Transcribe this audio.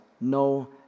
no